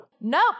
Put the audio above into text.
Nope